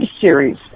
series